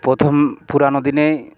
প্রথম পুরানো দিনে